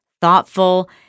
thoughtful